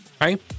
right